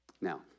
Now